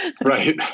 Right